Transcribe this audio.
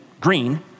Green